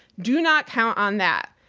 do not count on that.